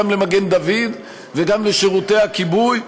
גם למגן דוד וגם לשירותי הכיבוי,